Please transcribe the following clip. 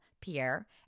Pierre